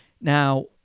Now